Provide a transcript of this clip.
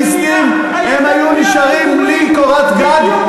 ובסוציאליסטים, הם היו נשארים בלי קורת גג.